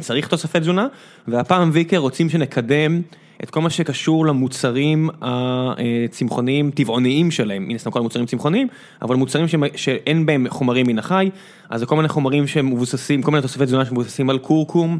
צריך תוספי תזונה, והפעם "ויקר" רוצים שנקדם את כל מה שקשור למוצרים הצמחוניים-טבעוניים שלהם, מן הסתם כל המוצרים צמחוניים, אבל מוצרים שאין בהם חומרים מן החי, אז זה כל מיני חומרים שמבוססים, כל מיני תוספי תזונה שמבוססים על כורכום